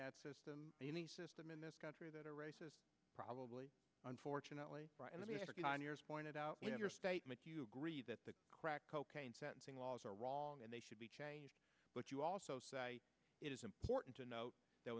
that system in the system in this country that are racist probably unfortunately pointed out in your statement you agree that the crack cocaine sentencing laws are wrong and they should be but you also say it is important to note that